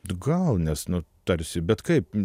gal nes nu tarsi bet kaip